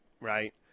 right